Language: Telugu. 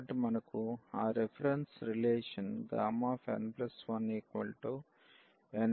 కాబట్టి మనకు ఆ రిఫరెన్స్ రిలేషన్ n1nΓn